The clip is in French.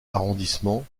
arrondissement